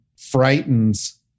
frightens